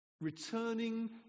Returning